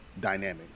dynamic